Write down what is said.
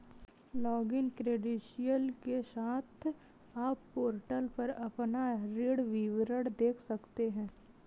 login credential के साथ, आप पोर्टल पर अपना ऋण विवरण देख सकते हैं